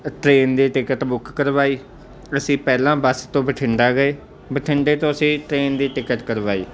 train ਦੀ ticket book ਕਰਵਾਈ ਅਸੀਂ ਪਹਿਲਾਂ ਬੱਸ ਤੋਂ ਬਠਿੰਡਾ ਗਏ ਬਠਿੰਡੇ ਤੋਂ ਅਸੀਂ ਟ੍ਰੇਨ ਦੀ ਟਿਕਟ ਕਰਵਾਈ